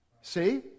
See